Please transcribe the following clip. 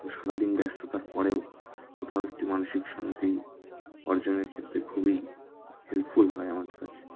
সারাদিন ব্যস্ততার পরেও কোথাও একটু মানসিক শান্তি অর্জনের ক্ষেত্রে খুবই হেল্পফুল হয় আমার কাছে